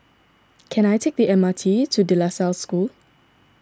can I take the M R T to De La Salle School